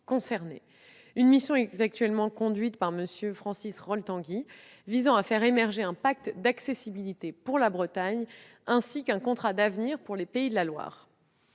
Une mission est actuellement conduite par M. Francis Rol-Tanguy, visant à faire émerger un pacte d'accessibilité pour la Bretagne et un contrat d'avenir pour les Pays de la Loire.